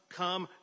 come